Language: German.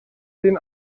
den